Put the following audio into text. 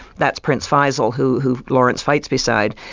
that's prince faisal who who lawrence fights beside.